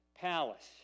palace